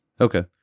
Okay